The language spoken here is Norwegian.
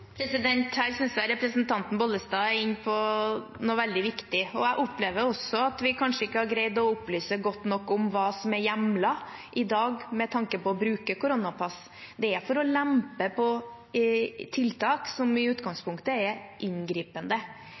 Jeg synes representanten Vervik Bollestad er inne på noe veldig viktig. Jeg opplever også at vi kanskje ikke har greid å opplyse godt nok om hva som er hjemlet i dag med tanke på å bruke koronapass. Det er for å lempe på tiltak som i utgangspunktet er inngripende.